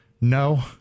no